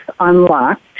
Unlocked